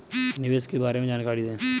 निवेश के बारे में जानकारी दें?